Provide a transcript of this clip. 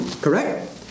Correct